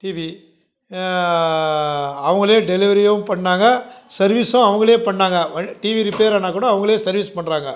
TV அவங்களே டெலிவரியும் பண்ணிணாங்க சர்விஸும் அவங்களே பண்ணிணாங்க வல் டிவி ரிப்பேரானால் கூட அவங்களே சர்விஸ் பண்ணுறாங்க